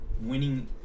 winning